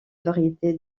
variété